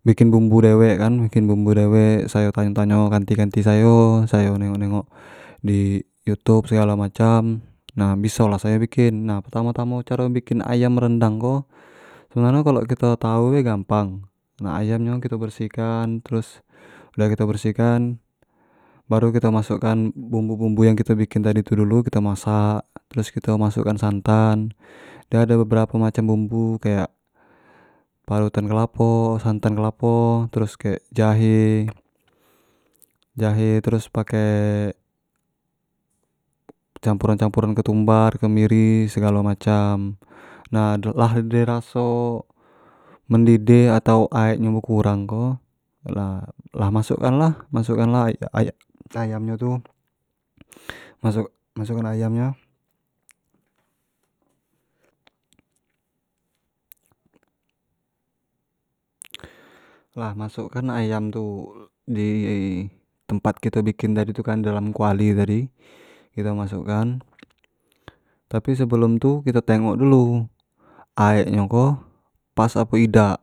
Bikin bumbu dewek kan, bikin bumbu dewek sayo tanyo tanyo kanti kanti sayo, sayo nengok nengok di di youtube segalo macam nah biso lah sayo bikin, nah pertamo pertamo caro bikin ayam rendang ko, sebenarnyo kalau kito tau bae gampang, nah ayam nyo kito bersih kan, terus sudah kito bersihkan baru kito masuk kan bumbu bumbu yang kito bikin tadi dulu kito masak terus kito masuk kan santan, terus ado beberapo bumbu kayak parutan kelapo, santan kelapo, terus kek jahe jahe, terus kek pake campuran campuran ketumbar, kemiri segalo macam, lah di raso mendidih atau aek nyo bekurang ko, lah masuk kan lah masuk kan lah a- a- ayam, ayam nyo tu masu- masukan ayam nyo lah masuk kan ayam di-ditempat kito bikin tadi tu kan dalam kuali kito masuk kan tapi sebelum tu kito tengok dulu aek nyo ko pas apo idak